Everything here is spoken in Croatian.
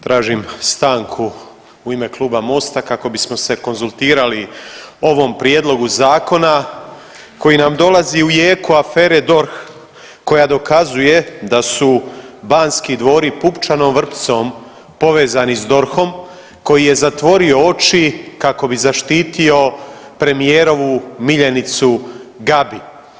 Tražim stanku u ime Kluba MOST-a kako bismo se konzultirali u ovom prijedlogu zakona koji nam dolazi u jeku afere DORH koja dokazuje da su Banski dvori pupčanom vrpcom povezani s DORH-om koji je zatvorio oči kako bi zaštitio premijerovu miljenicu Gabi.